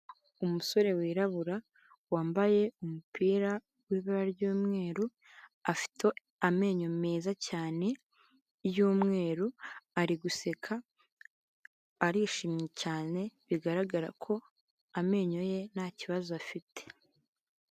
Umusore w'irabura wambaye umupira wibara ry'umweru, afite amenyo meza cyane y'umweru ari guseka arishimye cyane bigaragara ko amenyo ye nta kibazo afite.